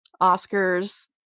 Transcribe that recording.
Oscar's